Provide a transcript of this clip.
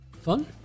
fun